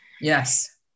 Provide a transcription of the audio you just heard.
Yes